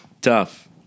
tough